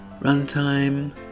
runtime